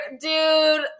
dude